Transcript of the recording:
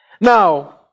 Now